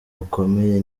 bukomeye